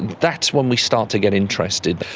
that's when we start to get interested.